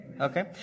Okay